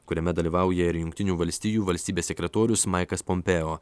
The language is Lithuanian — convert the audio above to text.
kuriame dalyvauja ir jungtinių valstijų valstybės sekretorius maikas pompeo